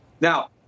Now